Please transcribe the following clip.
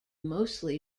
mostly